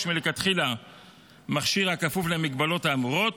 מלכתחילה מכשיר הכפוף למגבלות האמורות,